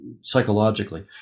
psychologically